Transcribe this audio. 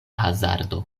hazardo